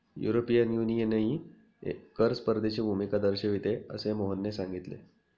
European युनियनही कर स्पर्धेची भूमिका दर्शविते, असे मोहनने सांगितले